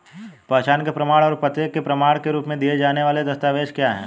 पहचान के प्रमाण और पते के प्रमाण के रूप में दिए जाने वाले दस्तावेज क्या हैं?